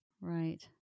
Right